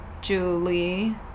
Julie